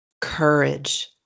Courage